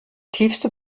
tiefste